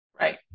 right